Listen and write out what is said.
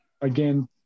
Again